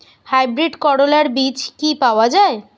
Hybrid করলার বীজ কি পাওয়া যায়?